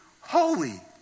holy